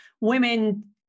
women